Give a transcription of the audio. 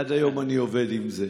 עד היום אני עובד עם זה.